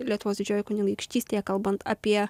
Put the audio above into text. lietuvos didžiojoje kunigaikštystėje kalbant apie